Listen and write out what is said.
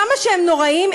כמה שהם נוראיים,